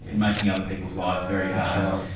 making other people's lives very hard,